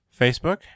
Facebook